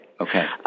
Okay